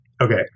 Okay